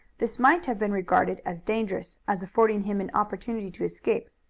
this might have been regarded as dangerous, as affording him an opportunity to escape,